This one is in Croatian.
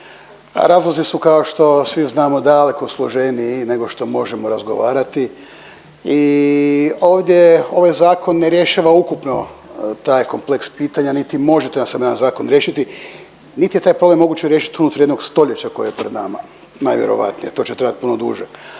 razlozi su kao što svi znamo daleko složeniji nego što možemo razgovarati i ovdje ovaj zakon ne rješava ukupno taj kompleks pitanja niti može to ja sad nemam zakon, riješiti niti je taj problem moguće riješiti unutar jednog stoljeća koje je pred nama, najvjerojatnije to će trajat puno duže.